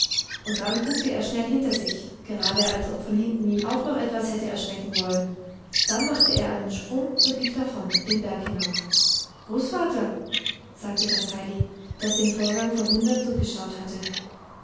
und dann guckte er schnell hinter sich gerade als ob von hinten ihn auch noch etwas hätte erschrecken wollen dann machte er einen sprung und lief davon den berg hinauf großvater sagte das heidi das dem vorgang verwundert zugeschaut hatte